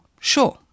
sure